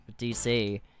DC